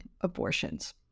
abortions